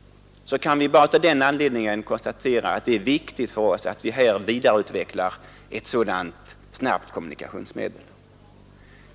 — kan vi konstatera att det redan av den anledningen är viktigt för oss att vidareutveckla ett sådant snabbt kommunikationsmedel.